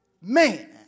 man